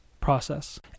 process